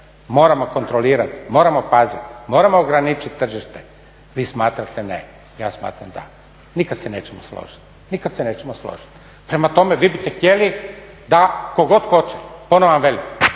moramo kontrolirati, moramo paziti, moramo ograničiti tržište. Vi smatrate ne. Ja smatram da. Nikad se nećemo složiti. Prema tome, vi biste htjeli da tko god hoće, ponovo vam velim,